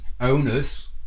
owners